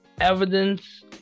evidence